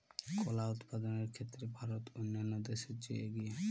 কলা উৎপাদনের ক্ষেত্রে ভারত অন্যান্য দেশের চেয়ে এগিয়ে